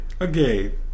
okay